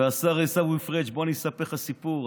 והשר עיסאווי פריג', בוא אני אספר לך סיפור.